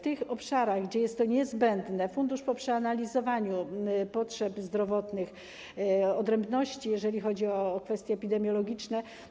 Tam, gdzie jest to niezbędne, fundusz, po przeanalizowaniu potrzeb zdrowotnych, odrębności, jeżeli chodzi o kwestie epidemiologiczne.